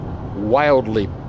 wildly